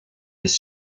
his